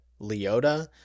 Leota